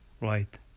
right